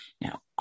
Now